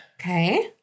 Okay